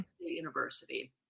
University